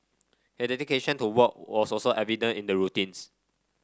he dedication to work was also evident in the routines